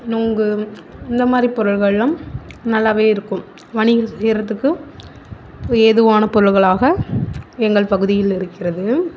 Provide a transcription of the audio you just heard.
நொங்கு இந்தமாதிரி பொருள்கள்லாம் நல்லாவே இருக்கும் வணிகம் செய்கிறதுக்கு ஏதுவான பொருள்களாக எங்கள் பகுதியில் இருக்கின்றது